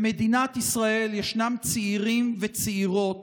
במדינת ישראל ישנם צעירים וצעירות